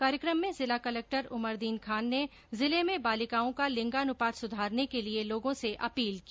कार्यक्रम में जिला कलेक्टर उमरदीन खान ने जिले में बालिकाओं का लिंगानपात सुधारने के लिये लोगों से अपील की